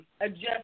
adjust